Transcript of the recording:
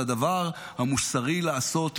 זה הדבר המוסרי לעשות,